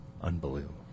Unbelievable